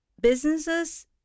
businesses